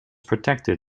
protected